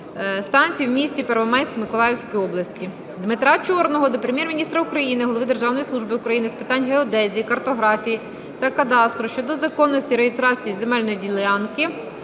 станції у місті Первомайськ Миколаївської області. Дмитра Чорного до Прем'єр-міністра України, голови Державної служби України з питань геодезії, картографії та кадастру щодо законності реєстрації земельної ділянки